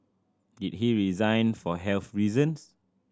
did he resign for health reasons